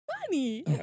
funny